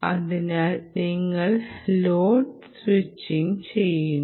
അതിനാൽ നിങ്ങൾ load splitting ചെയ്യുന്നു